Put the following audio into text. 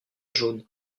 jaune